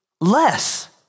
less